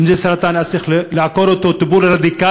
אם זה סרטן אז צריך לעקור אותו בטיפול רדיקלי,